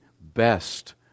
best